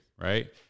right